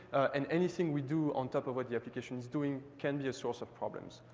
and anything we do on top of what the application is doing can be a source of problems.